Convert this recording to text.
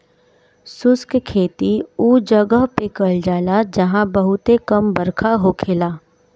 शुष्क खेती उ जगह पे कईल जाला जहां बहुते कम बरखा होखेला